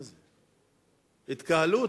התקהלות.